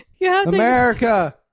America